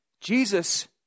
Jesus